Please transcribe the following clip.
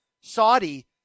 Saudi